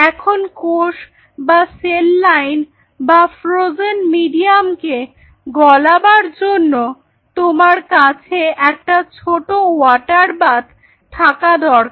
এখন কোষ বা সেল লাইন বা ফ্রোজেন মিডিয়ামকে গলাবার জন্য তোমার কাছে একটা ছোট ওয়াটার বাথ থাকা দরকার